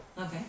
Okay